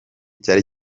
cyari